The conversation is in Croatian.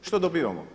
Što dobivamo?